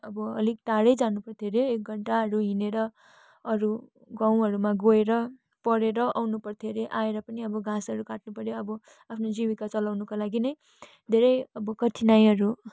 अब अलिक टाढै जानुपर्थ्यो हरे एक घन्टाहरू हिँडेर अरू गाउँहरूमा गएर पढेर आउनुपर्थ्यो अरे आएर पनि अब घाँसहरू काट्नुपर्यो अब आफ्नो जीविका चलाउनको लागि नै धेरै अब कठिनाइहरू